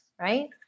right